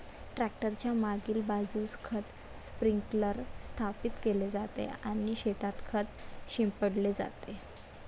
tractor च्या मागील बाजूस खत स्प्रिंकलर स्थापित केले जाते आणि शेतात खत शिंपडले जाते